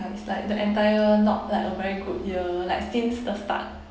ya it's like the entire not like a very good year like since the start